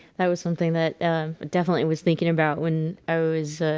that was something that definitely was thinking about when i was